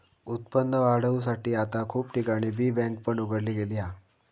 उत्पन्न वाढवुसाठी आता खूप ठिकाणी बी बँक पण उघडली गेली हा